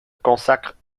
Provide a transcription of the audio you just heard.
consacre